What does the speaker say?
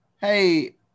hey